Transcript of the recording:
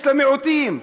יש למיעוטים.